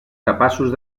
capaços